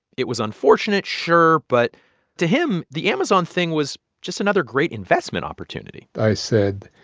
it was unfortunate, sure, but to him, the amazon thing was just another great investment opportunity i said,